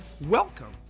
Welcome